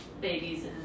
babies